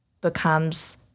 becomes